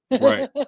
right